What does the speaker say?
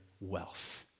wealth